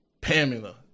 Pamela